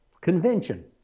convention